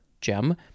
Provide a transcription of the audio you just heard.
gem